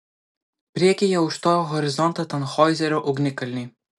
priekyje užstojo horizontą tanhoizerio ugnikalniai